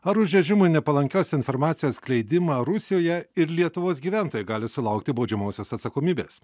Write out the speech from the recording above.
ar už režimui nepalankios informacijos skleidimą rusijoje ir lietuvos gyventojai gali sulaukti baudžiamosios atsakomybės